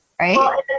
right